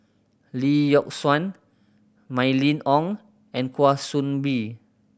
Lee Yock Suan Mylene Ong and Kwa Soon Bee